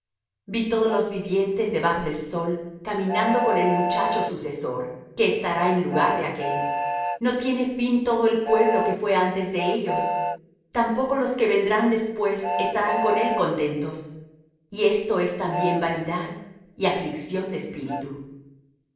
vi todos los vivientes debajo del sol caminando con el muchacho sucesor que estará en lugar de aquél no tiene fin todo el pueblo que fué antes de ellos tampoco los que vendrán después estarán con él contentos y esto es también vanidad y aflicción de espíritu